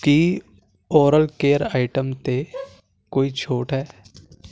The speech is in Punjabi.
ਕੀ ਓਰਲ ਕੇਅਰ ਆਇਟਮ 'ਤੇ ਕੋਈ ਛੋਟ ਹੈ